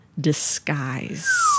disguise